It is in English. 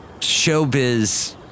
showbiz